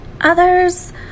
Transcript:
Others